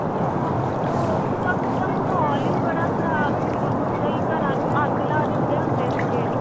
ਹਾਂ ਉਸ ਵਕਤ ਦਾ ਮਾਹੌਲ ਹੀ ਬੜਾ ਖ਼ਰਾਬ ਸੀਗਾ ਉੱਦਾਂ ਹੀ ਘਰਾਂ ਨੂੰ ਅੱਗ ਲਾ ਦਿੰਦੇ ਹੁੰਦੇ ਸੀਗੇ